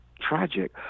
tragic